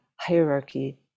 hierarchy